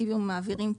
תרכיבים ומעבירים),